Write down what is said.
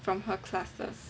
from her classes